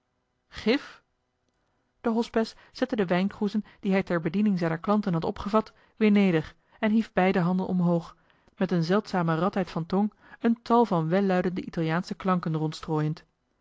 de hospes zette de wijnkroezen die hij ter bediening zijner klanten had opgevat weer neder en hief beide handen omhoog met een zeldzame radheid van tong een tal van welluidende italiaansche klanken